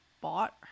bought